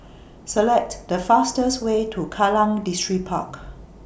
Select The fastest Way to Kallang Distripark